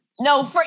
No